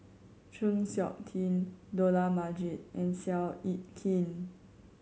Chng Seok Tin Dollah Majid and Seow Yit Kin